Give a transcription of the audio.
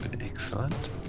Excellent